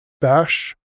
bash